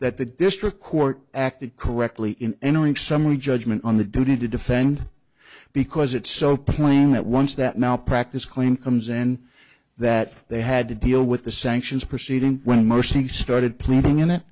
that the district court acted correctly in entering summary judgment on the duty to defend because it's so plain that once that malpractise claim comes in that they had to deal with the sanctions proceeding when mercy started planning in it